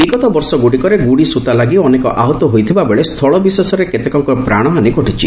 ବିଗତ ବର୍ଷଗୁଡ଼ିକରେ ଗୁଡ଼ି ସୂତା ଲାଗି ଅନେକେ ଆହତ ହୋଇଥିବାବେଳେ ସ୍ଥଳବିଶେଷରେ କେତେକଙ୍ଙ ପ୍ରାଣହାନି ଘଟିଛି